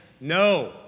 No